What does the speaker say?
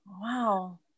wow